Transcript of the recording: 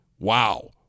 Wow